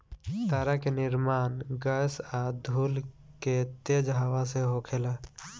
तारा के निर्माण गैस आ धूल के तेज हवा से होखेला